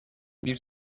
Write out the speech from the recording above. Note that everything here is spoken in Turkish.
bir